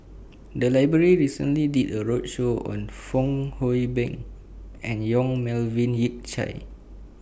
The Library recently did A roadshow on Fong Hoe Beng and Yong Melvin Yik Chye